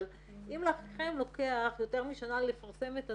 אבל אם לכם לוקח יותר משנה לפרסם את הנוהל,